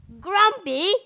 Grumpy